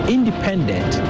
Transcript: Independent